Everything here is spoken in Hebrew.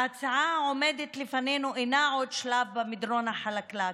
ההצעה העומדת לפנינו אינה עוד שלב במדרון החלקלק